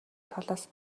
талаас